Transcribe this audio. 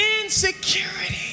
insecurity